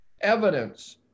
evidence